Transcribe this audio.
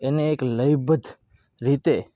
એને એક લયબદ્ધ રીતે